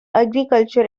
agriculture